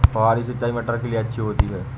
फुहारी सिंचाई मटर के लिए अच्छी होती है?